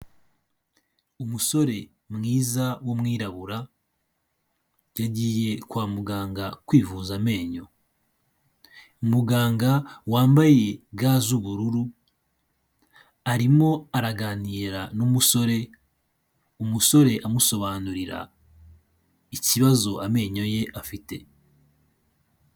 Umusore mwiza w'umwirabura yagiye kwa muganga kwivuza amenyo, muganga wambaye ga z'ubururu arimo araganira n'umusore, umusore amusobanurira ikibazo amenyo ye afite.